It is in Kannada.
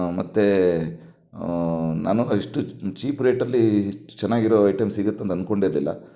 ಮತ್ತೆ ನಾನು ಇಷ್ಟು ಚೀಪ್ ರೇಟಲ್ಲಿ ಇಷ್ಟು ಚೆನ್ನಾಗಿರೋ ಐಟಂ ಸಿಗುತ್ತಂತ ಅನ್ಕೊಂಡೇ ಇರಲಿಲ್ಲ